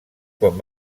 quan